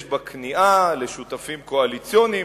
יש בה כניעה לשותפים קואליציוניים.